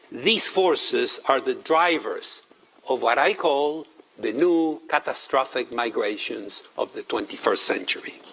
these forces are the drivers of what i call the new catastrophic migrations of the twenty first century.